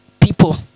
people